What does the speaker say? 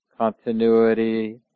Continuity